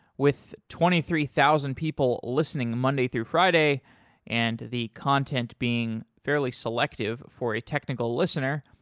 with twenty three thousand people listening monday through friday and the content being fairly selective for a technical listener,